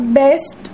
best